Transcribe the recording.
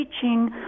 teaching